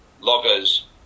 loggers